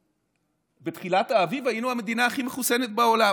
כי בתחילת האביב היינו המדינה הכי מחוסנת בעולם.